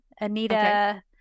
Anita